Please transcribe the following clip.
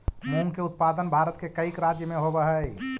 मूंग के उत्पादन भारत के कईक राज्य में होवऽ हइ